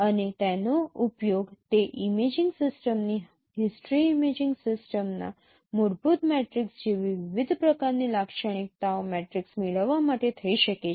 અને તેનો ઉપયોગ તે ઇમેજિંગ સિસ્ટમ્સની હિસ્ટરી ઇમેજિંગ સિસ્ટમના મૂળભૂત મેટ્રિક્સ જેવી વિવિધ પ્રકારની લાક્ષણિકતાઓ મેટ્રિસીસ મેળવવા માટે થઈ શકે છે